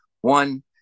one